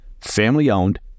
Family-owned